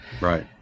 Right